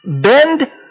bend